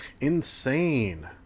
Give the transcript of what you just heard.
Insane